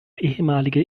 ehemalige